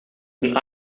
een